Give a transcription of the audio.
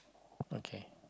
okay